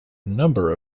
number